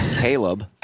Caleb